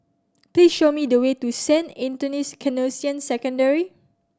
please show me the way to Saint Anthony's Canossian Secondary